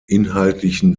inhaltlichen